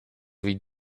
wie